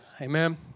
Amen